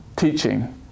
teaching